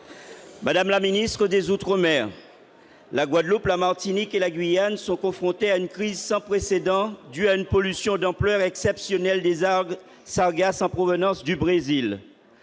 Madame la ministre des outre-mer, la Guadeloupe, la Martinique et la Guyane sont confrontées à une crise sans précédent, due à une pollution d'ampleur exceptionnelle liée aux algues sargasses en provenance du Brésil.